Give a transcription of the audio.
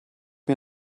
mir